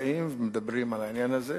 באים ומדברים על העניין הזה,